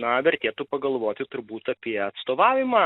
na vertėtų pagalvoti turbūt apie atstovavimą